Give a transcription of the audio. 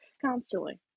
constantly